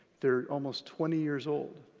they're almost twenty years old.